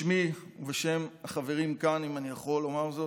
בשמי ובשם החברים כאן, אם אני יכול לומר זאת,